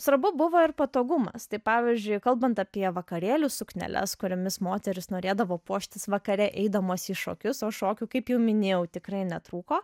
svarbu buvo ir patogumas tai pavyzdžiui kalbant apie vakarėlių sukneles kuriomis moterys norėdavo puoštis vakare eidamos į šokius o šokių kaip jau minėjau tikrai netrūko